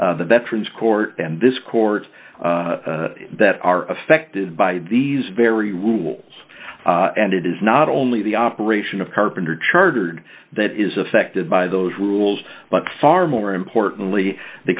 the veterans court and this court that are affected by these very rules and it is not only the operation of carpenter chartered that is affected by those rules but far more importantly the